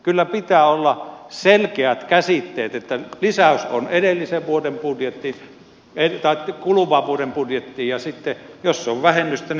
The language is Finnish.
kyllä pitää olla selkeät käsitteet että lisäys on edellisen vuoden budjetti eli kaikki kuluvan vuoden budjettiin ja sitten jos se on vähennystä niin se on vähennystä